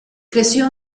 creció